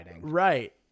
right